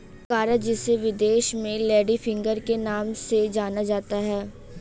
ओकरा जिसे विदेश में लेडी फिंगर के नाम से जाना जाता है